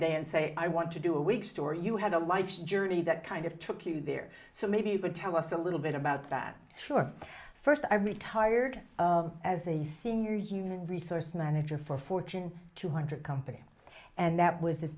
day and say i want to do a week story you had a life's journey that kind of took you there so maybe you would tell us a little bit about that sure first i retired as a senior human resources manager for fortune two hundred company and that was